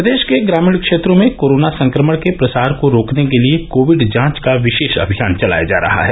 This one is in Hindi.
प्रदेश के ग्रामीण क्षेत्रों में कोरोना संक्रमण के प्रसार को रोकने के लिए कोविड जांच का विशेष अभियान चलाया जा रहा है